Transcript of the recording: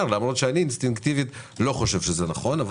למרות שאני אינסטינקטיבית לא חושב שזה נכון.